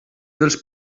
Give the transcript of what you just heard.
dels